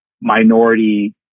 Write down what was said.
minority